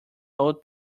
old